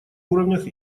уровнях